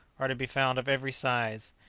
are to be found of every size.